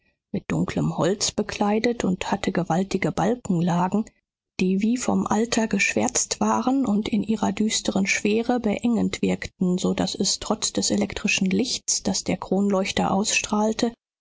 mit dunkelm holz bekleidet und hatte gewaltige balkenlagen die wie vom alter geschwärzt waren und in ihrer düsteren schwere beengend wirkten so daß es trotz des elektrischen lichts das der kronleuchter ausstrahlte